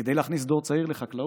כדי להכניס דור צעיר לחקלאות,